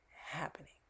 happening